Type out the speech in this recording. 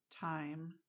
time